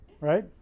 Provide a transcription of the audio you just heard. right